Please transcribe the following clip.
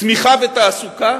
צמיחה ותעסוקה